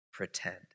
pretend